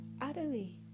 Utterly